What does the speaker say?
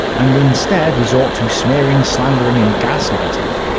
and instead resort to smearing, slandering and gaslighting?